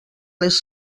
les